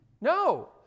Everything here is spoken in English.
No